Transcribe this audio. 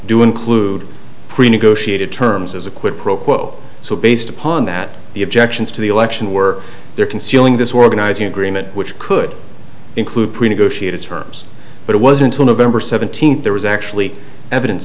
do include pre negotiated terms as a quid pro quo so based upon that the objections to the election were there concealing this organization agreement which could include pre negotiated terms but it wasn't till november seventeenth there was actually evidence